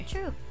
True